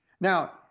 Now